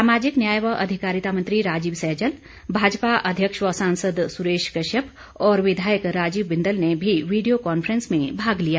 सामाजिक न्याय व अधिकारिता मंत्री राजीव सहजल भाजपा अध्यक्ष व सांसद सुरेश कश्यप और विधायक राजीव बिंदल ने भी वीडियो कॉन्फ्रेंस में भाग लिया